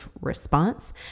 response